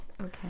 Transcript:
Okay